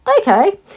okay